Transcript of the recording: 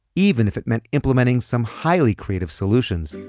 even if it meant implementing some highly creative solutions